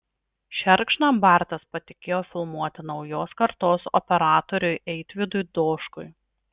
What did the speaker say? šerkšną bartas patikėjo filmuoti naujos kartos operatoriui eitvydui doškui